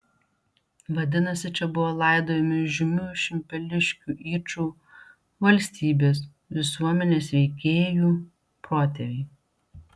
vadinasi čia buvo laidojami žymiųjų šimpeliškių yčų valstybės visuomenės veikėjų protėviai